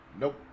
nope